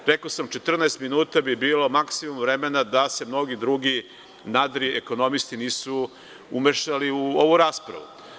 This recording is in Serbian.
Rekao sam, 14 minuta bi bilo maksimum vremena da se mnogi drugi nadri ekonomisti nisu umešali u ovu raspravu.